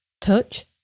touch